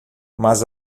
mas